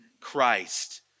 Christ